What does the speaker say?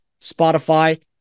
Spotify